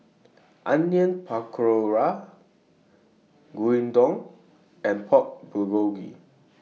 Onion Pakora Gyudon and Pork Bulgogi